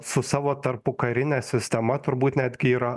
su savo tarpukarine sistema turbūt netgi yra